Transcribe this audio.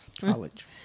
College